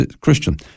Christian